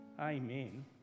Amen